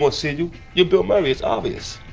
ah see you. you're bill murray. it's obvious.